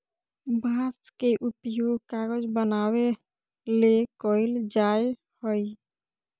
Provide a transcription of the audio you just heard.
बांस के उपयोग कागज बनावे ले कइल जाय हइ